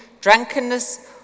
drunkenness